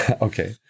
Okay